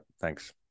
thanks